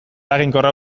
eraginkorra